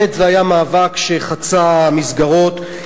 זה היה מאבק שחצה מסגרות,